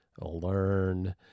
learn